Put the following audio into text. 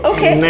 Okay